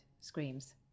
screams